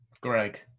Greg